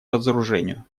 разоружению